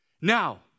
Now